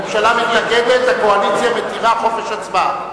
הממשלה מתנגדת, הקואליציה מתירה חופש הצבעה.